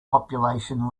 population